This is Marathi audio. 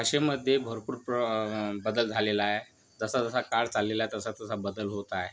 भाषेमध्ये भरपूर प्र बदल झालेला आहे जसा जसा काळ चाललेला आहे तसा तसा बदल होत आहे